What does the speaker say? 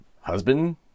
Husband